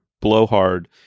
blowhard